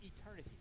eternity